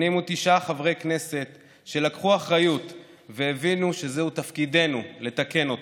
89 חברי כנסת שלקחו אחריות והבינו שזהו תפקידנו לתקן אותו,